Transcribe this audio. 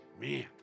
man